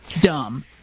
dumb